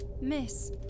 Miss